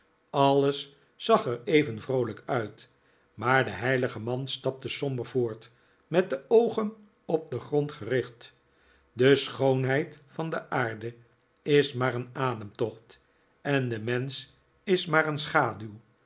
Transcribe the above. alles zag er even vroolijk uit maar de heilige man stapte somber voort met de oogen op den grond gericht de schoonheid van de aarde is maar een ademtocht en de mensch is maar een schaduw